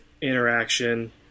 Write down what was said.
interaction